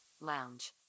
lounge